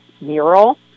mural